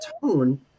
tone